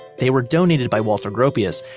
they were donated by walter gropius,